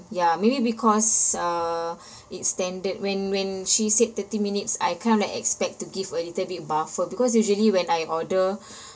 ya maybe because uh it's standard when when she said thirty minutes I kinda expect to give a little bit buffer because usually when I order